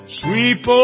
sweep